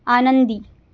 आनंदी